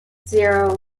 zero